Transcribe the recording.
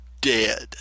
dead